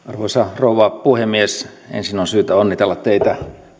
arvoisa rouva puhemies ensin on syytä onnitella teitä